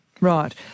Right